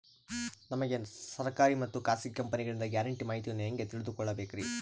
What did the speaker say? ನಮಗೆ ಸರ್ಕಾರಿ ಮತ್ತು ಖಾಸಗಿ ಕಂಪನಿಗಳಿಂದ ಗ್ಯಾರಂಟಿ ಮಾಹಿತಿಯನ್ನು ಹೆಂಗೆ ತಿಳಿದುಕೊಳ್ಳಬೇಕ್ರಿ?